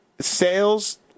sales